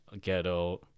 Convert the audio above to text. ghetto